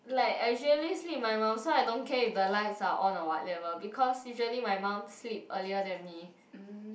like I usually sleep with my mum so I don't care if the lights are on or whatever because usually my mum sleep earlier than me